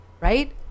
right